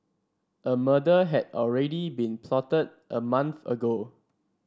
a murder had already been plotted a month ago